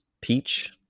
Peach